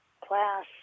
class